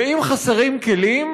ואם חסרים כלים,